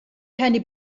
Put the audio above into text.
keine